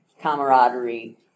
camaraderie